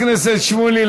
חבר הכנסת שמולי,